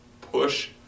push